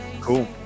Cool